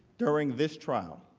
during this trial,